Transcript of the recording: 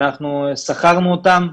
אנחנו שכרנו אותם.